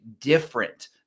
different